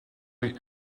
les